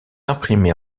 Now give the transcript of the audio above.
imprimés